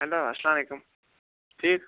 hello السلامُ علیکُم ٹھیٖک